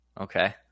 Okay